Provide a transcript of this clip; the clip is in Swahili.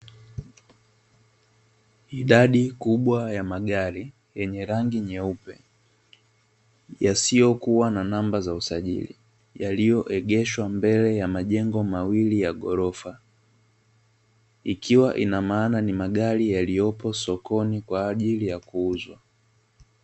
Idadi kubwa ya magari, yenye rangi nyeupe yasiyokuwa na namba za usajili, yaliyoegeshwa mbele ya majengo mawili ya ghorofa. Ikiwa inamaana ni magari yaliyopo sokoni kwa ajili ya kuuzwa.